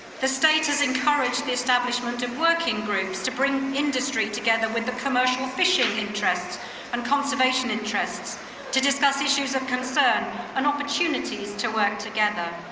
the status encouraged the establishment of working groups to bring industry together with the commercial fishing interests and conservation interests to discuss issues of concern and opportunities to work together.